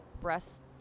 breast